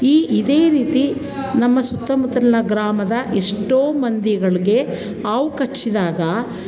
ಈ ಇದೇ ರೀತಿ ನಮ್ಮ ಸುತ್ತಮುತ್ತಲಿನ ಗ್ರಾಮದ ಎಷ್ಟೋ ಮಂದಿಗಳಿಗೆ ಹಾವು ಕಚ್ಚಿದಾಗ